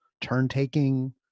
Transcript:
turn-taking